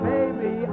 Baby